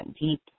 deep